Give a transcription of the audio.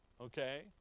Okay